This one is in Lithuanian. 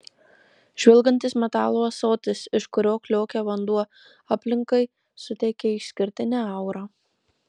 žvilgantis metalo ąsotis iš kurio kliokia vanduo aplinkai suteikia išskirtinę aurą